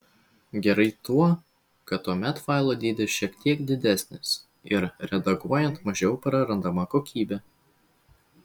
gerai tuo kad tuomet failo dydis šiek tiek didesnis ir redaguojant mažiau prarandama kokybė